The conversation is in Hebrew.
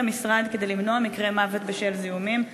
המשרד כדי למנוע מקרי מוות בשל זיהומים?